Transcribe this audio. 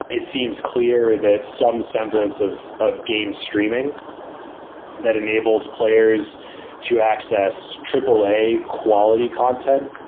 it seems clear that some semblance of of game streaming that enables players to access aaa quality content